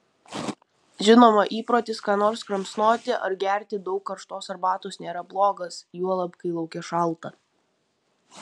žinoma įprotis ką nors kramsnoti ar gerti daug karštos arbatos nėra blogas juolab kai lauke šalta